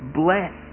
bless